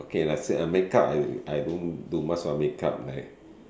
okay lah makeup I I don't do much of makeup like